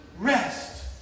rest